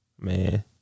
man